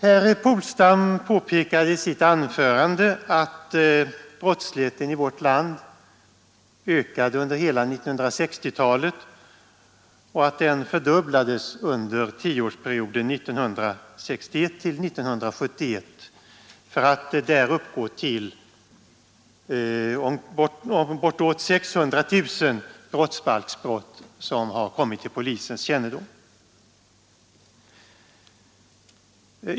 Herr Polstam påpekade i sitt anförande att brottsligheten i vårt land ökade under hela 1960-talet och att den fördubblades under tioårsperioden 1961—1971 för att det sistnämnda året uppgå till bortåt 600 000 brottsbalksbrott som har kommit till polisens kännedom.